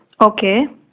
Okay